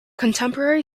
contemporary